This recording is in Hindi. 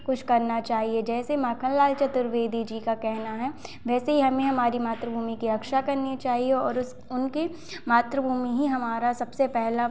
कुछ करना चाहिए जैसे माखनलाल चतुर्वेदी जी का कहना है वैसे ही हमें हमारी मातृभूमि की रक्षा करनी चाहिए और उस उनके मातृभूमि ही हमारा सबसे पहला